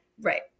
right